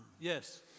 Yes